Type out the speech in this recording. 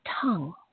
tongue